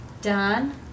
done